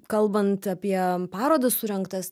kalbant apie parodas surengtas